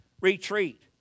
retreat